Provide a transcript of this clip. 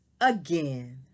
again